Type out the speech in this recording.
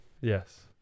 Yes